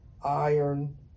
Iron